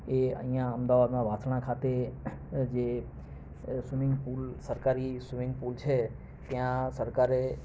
એ અહીંયાં અમદાવાદમાં વાસણા ખાતે જે સ્વિમિંગ પુલ સરકારી સ્વિમિંગ પુલ છે ત્યાં સરકારે